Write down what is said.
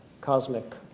cosmic